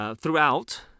Throughout